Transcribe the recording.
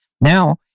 Now